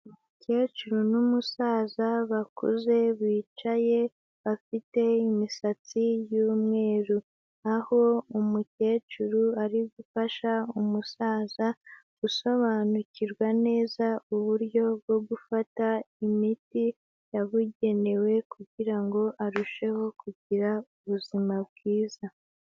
Umukecuru n'umusaza bakuze bicaye bafite imisatsi y'umweru. Aho umukecuru ari gufasha umusaza gusobanukirwa neza uburyo bwo gufata imiti yabugenewe kugira ngo arusheho kugira ubuzima bwiza.